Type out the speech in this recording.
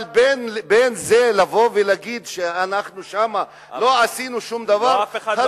אבל בין זה לבין לבוא ולהגיד שאנחנו לא עשינו שום דבר שם,